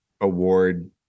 award